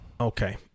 Okay